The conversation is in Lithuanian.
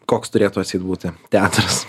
koks turėtų atseit būti teatras